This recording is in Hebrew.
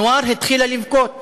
אנואר התחילה לבכות,